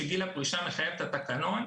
שגיל הפרישה מחייב את התקנון,